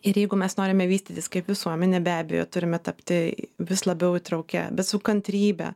ir jeigu mes norime vystytis kaip visuomenė be abejo turime tapti vis labiau įtraukia bet su kantrybe